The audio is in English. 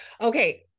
Okay